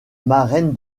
marraine